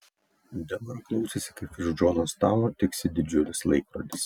debora klausėsi kaip virš džono stalo tiksi didžiulis laikrodis